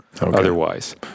Otherwise